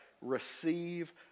receive